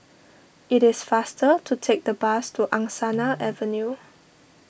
it is faster to take the bus to Angsana Avenue